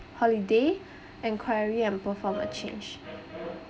holiday enquiry and perform a change